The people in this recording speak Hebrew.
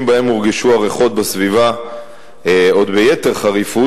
שבהם הורגשו הריחות בסביבה ביתר חריפות,